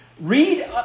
Read